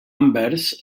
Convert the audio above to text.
anvers